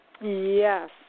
Yes